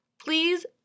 Please